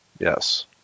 Yes